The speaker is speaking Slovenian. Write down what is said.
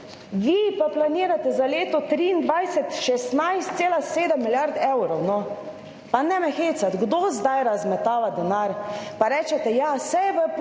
Vi pa planirate za leto 2023 16,7 milijard evrov. Pa ne me hecat, kdo sedaj razmetava denar? Pa rečete, ja, saj je v proračunu